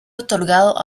otorgado